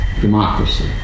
democracy